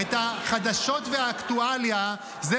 חדשות ואקטואליה.